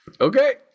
okay